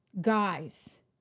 Guys